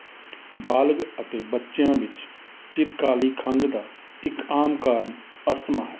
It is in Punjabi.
ਬਾਲਗ ਅਤੇ ਬੱਚਿਆਂ ਵਿੱਚ ਚਿਰਕਾਲੀ ਖੰਘ ਦਾ ਇੱਕ ਆਮ ਕਾਰਨ ਅਸਥਮਾ ਹੈ